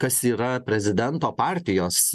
kas yra prezidento partijos